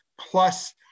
plus